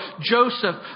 Joseph